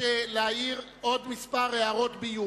כל נימוק הסתייגות,